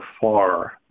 far